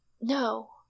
No